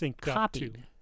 copied